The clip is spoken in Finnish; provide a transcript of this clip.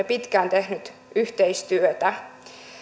pitkään tehnyt yhteistyötä